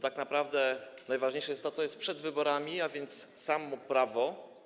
Tak naprawdę najważniejsze jest to, co jest przed wyborami, a więc samo prawo.